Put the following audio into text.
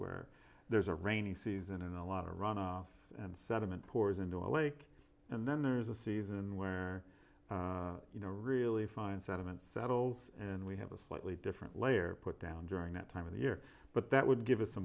where there's a rainy season and a lot of runoff and sediment pours into a lake and then there's a season where you know a really fine sediment settles and we have a slightly different layer put down during that time of the year but that would give us a